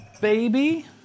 Baby